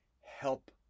help